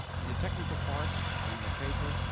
in the technical part done by peter,